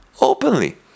Openly